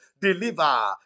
deliver